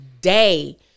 day